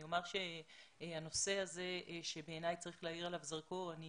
אני אומר שבעיניי צריך להאיר זרקור על הנושא הזה.